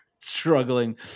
Struggling